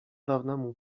dawnemu